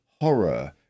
horror